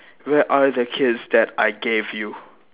where are the keys that I gave you